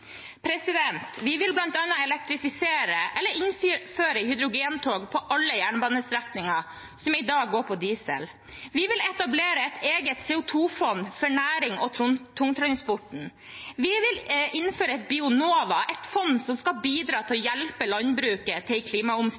Vi vil bl.a. elektrifisere eller innføre hydrogentog på alle jernbanestrekninger som i dag går på diesel. Vi vil etablere et eget CO 2 -fond for nærings- og tungtransporten. Vi vil innføre et Bionova – et fond som skal bidra til å hjelpe landbruket til en klimaomstilling.